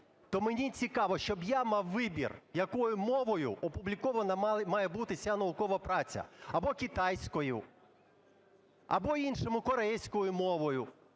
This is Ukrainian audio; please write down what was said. то мені цікаво, щоб я мав вибір, якою мовою опублікована має бути ця наукова праця: або китайською, або іншими, корейською мовою.